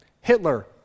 Hitler